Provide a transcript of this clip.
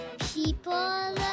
people